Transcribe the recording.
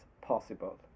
possible